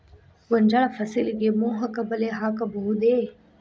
ಗೋಂಜಾಳ ಫಸಲಿಗೆ ಮೋಹಕ ಬಲೆ ಹಾಕಬಹುದೇ?